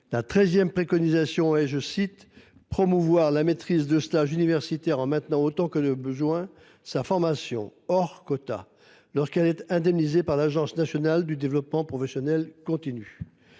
générale y préconisent de « promouvoir la maîtrise de stage universitaire en maintenant, en tant que de besoin, sa formation “hors quota” lorsqu’elle est indemnisée par l’Agence nationale du développement professionnel continu »